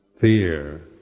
fear